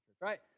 right